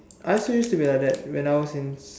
I also used to be like that when I was in